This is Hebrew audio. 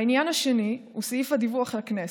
העניין השני הוא סעיף הדיווח לכנסת.